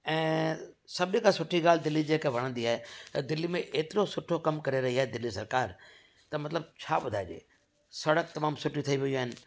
ऐं सभिनी खां सुठी ॻाल्हि दिल्ली जेके वणंदी आहे त दिल्ली में हेतिरो सुठो कमु करे रही आहे दिल्ली सरकारु त मतिलबु छा ॿुधाइजे सड़क तमामु सुठी ठही वियूं आहिनि